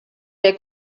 der